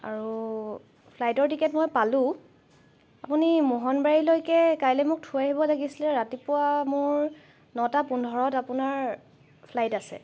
আৰু ফ্লাইটৰ টিকেট মই পালো আপুনি মোহনবাৰীলৈকে কাইলৈ মোক থৈ আহিব লাগিছিলে ৰাতিপুৱা মোৰ নটা পোন্ধৰত আপোনাৰ ফ্লাইট আছে